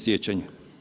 Siječanj.